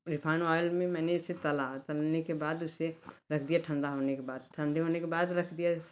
refined oil में मैंने इसे तला तलने के बाद इसे रख दिया ठंडा होने के बाद ठंडे होने के बाद रख दिया